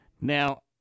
Now